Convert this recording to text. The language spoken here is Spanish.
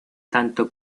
tanto